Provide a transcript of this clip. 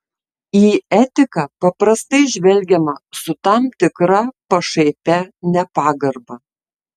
į etiką paprastai žvelgiama su tam tikra pašaipia nepagarba